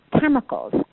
chemicals